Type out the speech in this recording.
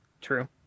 True